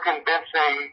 convincing